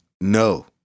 No